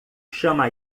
chama